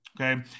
okay